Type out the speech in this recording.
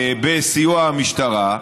בסיוע המשטרה,